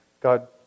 God